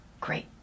great